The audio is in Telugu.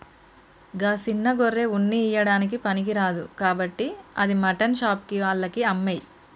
గా సిన్న గొర్రె ఉన్ని ఇయ్యడానికి పనికిరాదు కాబట్టి అది మాటన్ షాప్ ఆళ్లకి అమ్మేయి